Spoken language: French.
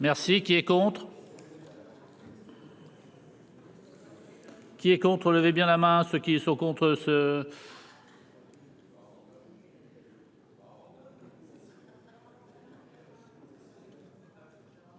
Merci. Qui est contre. Qui est contre bien la main à ceux qui sont contre ce.